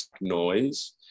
noise